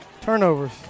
Turnovers